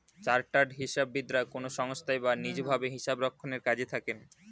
chartered হিসাববিদরা কোনো সংস্থায় বা নিজ ভাবে হিসাবরক্ষণের কাজে থাকেন